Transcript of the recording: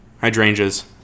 Hydrangeas